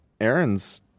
Aaron's